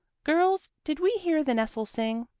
girls, did we hear the nestle sing?